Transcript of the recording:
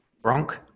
Bronk